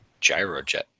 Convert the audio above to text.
gyrojet